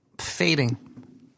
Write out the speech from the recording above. fading